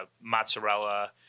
mozzarella